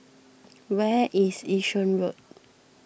where is Yishun Road